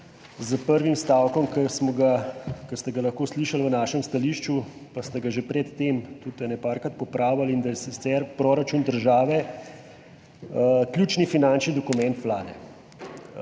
s prvim stavkom, ki smo ga, ki ste ga lahko slišali v našem stališču, pa ste ga že pred tem tudi parkrat popravili, in sicer da je proračun države ključni finančni dokument Vlade.